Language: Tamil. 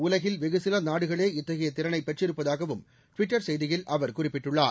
உலகில் வெகுசில நாடுகளே இத்தகைய திறனை பெற்றிருப்பதாகவும் ட்விட்டர் செய்தியில் அவர் குறிப்பிட்டுள்ளார்